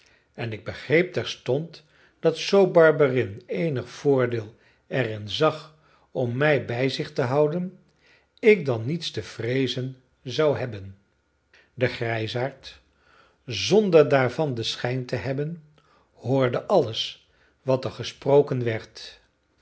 en ik begreep terstond dat zoo barberin eenig voordeel er in zag om mij bij zich te houden ik dan niets te vreezen zou hebben de grijsaard zonder daarvan den schijn te hebben hoorde alles wat er gesproken werd